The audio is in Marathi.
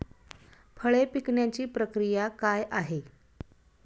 फळे पिकण्याची प्रक्रिया काय आहे?